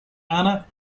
anna